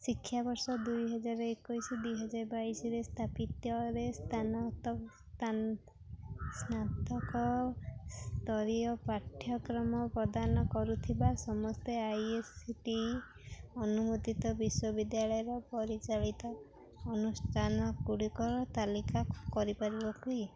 ଶିକ୍ଷାବର୍ଷ ଦୁଇ ହଜାର ଏକୋଇଶି ଦୁଇ ହଜାର ବାଇଶିରେ ସ୍ଥାପିତ୍ୟରେ ସ୍ନାତକ ସ୍ତରୀୟ ପାଠ୍ୟକ୍ରମ ପ୍ରଦାନ କରୁଥିବା ସମସ୍ତ ଆଇ ଏ ସି ଟି ଅନୁମୋଦିତ ବିଶ୍ୱବିଦ୍ୟାଳୟର ପରିଚାଳିତ ଅନୁଷ୍ଠାନଗୁଡ଼ିକ ତାଲିକା କରିପାରିବ କି